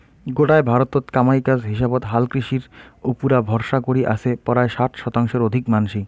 গোটায় ভারতত কামাই কাজ হিসাবত হালকৃষির উপুরা ভরসা করি আছে পরায় ষাট শতাংশর অধিক মানষি